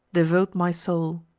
devote my soul.